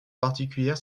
particulière